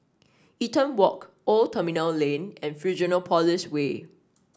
Eaton Walk Old Terminal Lane and Fusionopolis Way